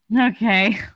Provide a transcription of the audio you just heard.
Okay